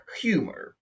humor